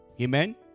Amen